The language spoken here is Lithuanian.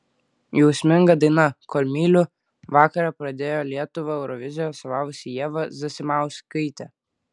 jausminga daina kol myliu vakarą pradėjo lietuvą eurovizijoje atstovavusi ieva zasimauskaitė